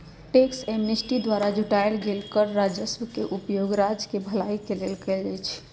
tax amnesty द्वारा जुटाएल गेल कर राजस्व के उपयोग राज्य केँ भलाई के लेल कएल जाइ छइ